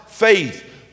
Faith